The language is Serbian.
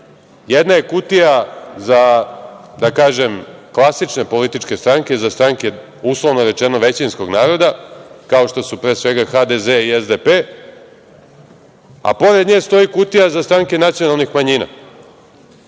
Jedna je kutija za, da kažem, klasične političke stranke, za stranke, uslovno rečeno, većinskog naroda, kao što su HDZ i SDP, a pored nje stoji kutija za stranke nacionalnih manjina.